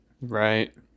Right